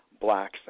blacks